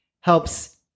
helps